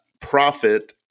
profit